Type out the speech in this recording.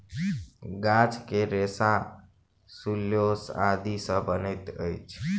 गाछ के रेशा सेल्यूलोस आदि सॅ बनैत अछि